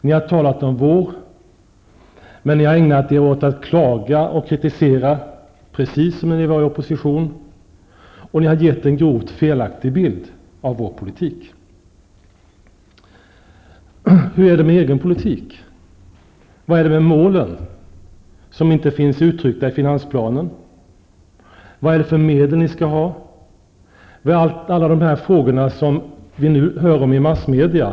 Ni har talat om vår politik och ägnat er åt att klaga och kritisera, precis som när ni var i oppositionställning, och ni har gett en grovt felaktig bild av vår politik. Hur är det med er egen politik, hur förhåller det sig med målen som inte finns uttryckta i finansplanen? Vilka medel tänker ni använda? Var är alla de där frågorna som behandlas i massmedia?